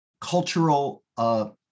cultural